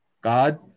God